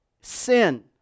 sin